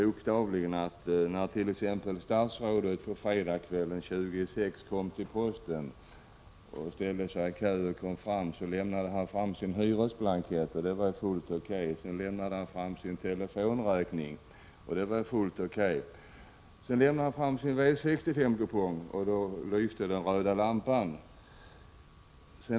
Om t.ex. statsrådet kom in på posten en fredagkväll tjugo i sex och lämnade fram sin hyresblankett skulle det vara OK. Om han sedan lämnade fram sin telefonräkning skulle det också vara fullt OK. Men när han lämnade fram sin V65-kupong skulle den röda lampan lysa.